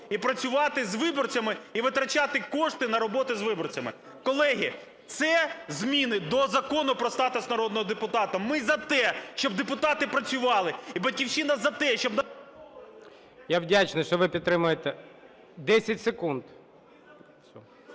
і працювати з виборцями, і витрачати кошти на роботу з виборцями. Колеги, це зміни до Закону "Про статус народного депутата". Ми за те, щоб депутати працювали, і "Батьківщина" за те, щоб… ГОЛОВУЮЧИЙ. Я вдячний, що ви підтримуєте… 10 секунд.